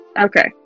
Okay